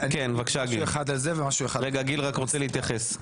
גיל רוצה להתייחס.